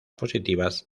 positivas